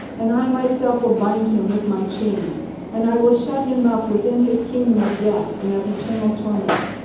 and i myself will bind him with my chain and i will shut him up within his kingdom of death and of eternal torment,